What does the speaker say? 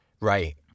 Right